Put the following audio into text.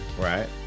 right